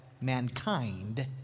mankind